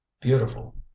beautiful